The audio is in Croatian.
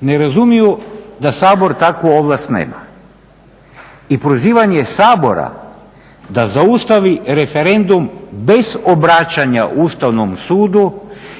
ne razumiju da Sabor takvu ovlast nema. I prozivanje Sabora da zaustavi referendum bez obraćanja Ustavnom sudu